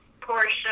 Portia